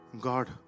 God